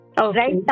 right